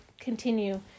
continue